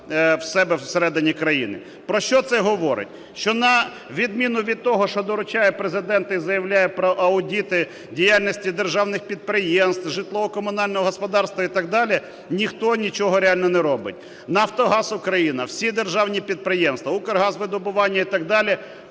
Про що це говорить? Що на відміну від того, що доручає Президент і заявляє про аудити діяльності державних підприємств, житлово-комунального господарства і так далі, ніхто нічого реально не робить. "Нафтогаз Україна", всі державні підприємства, Укргазвидобування і так далі